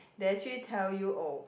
they actually tell you oh